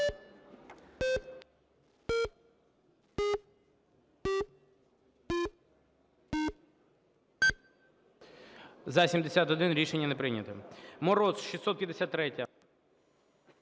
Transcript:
За-61 Рішення не прийнято.